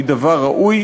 היא דבר ראוי,